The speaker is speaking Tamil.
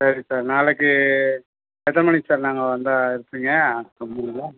சரி சார் நாளைக்கு எத்தனை மணிக்கு சார் நாங்கள் வந்தால் இருப்பீங்க கம்பெனியில